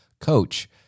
coach